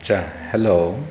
आतसा हेल'